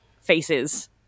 faces